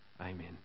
Amen